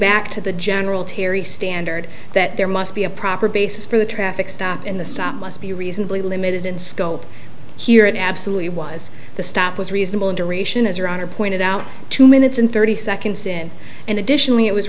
back to the general terry standard that there must be a proper basis for the traffic stop in the stop must be reasonably limited in scope here it absolutely was the stop was reasonable in duration as your honor pointed out two minutes and thirty seconds in and additionally it was